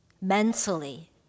mentally